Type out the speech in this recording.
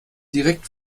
direkt